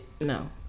no